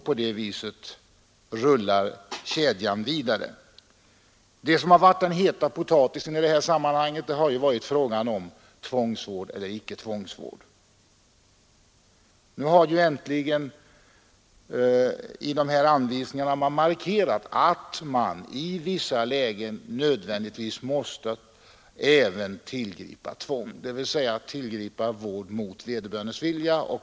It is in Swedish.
På det sättet rullar missbruket vidare. Det som i sammanhanget har varit den heta potatisen har varit frågan om tvångsvård eller icke tvångsvård. Nu har det äntligen i anvisningarna markerats att man i vissa lägen måste tillgripa också tvång, dvs. vård mot vederbörandes vilja.